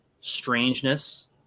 strangeness